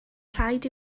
rhaid